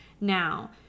now